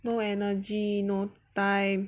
no energy no time